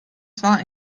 zwar